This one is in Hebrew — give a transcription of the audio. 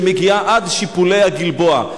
שמגיעה עד שיפולי הגלבוע.